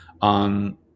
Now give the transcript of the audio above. on